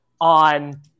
on –